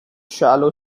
shallow